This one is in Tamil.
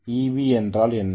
ஆகவே Eb என்றால் என்ன